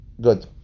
Good